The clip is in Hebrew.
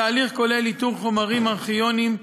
התהליך כולל איתור חומרים ארכיוניים,